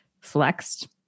flexed